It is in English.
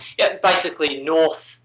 yeah basically, north,